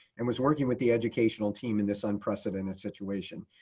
and was working with the educational team in this unprecedented situation.